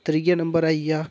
त्रीआ नम्बर आई गेआ